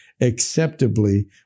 acceptably